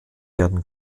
werden